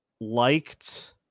liked